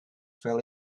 fell